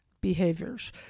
behaviors